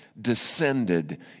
descended